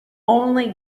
only